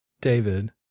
David